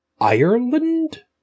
Ireland